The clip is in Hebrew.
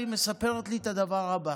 והיא מספרת לי את הדבר הבא.